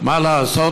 מה לעשות.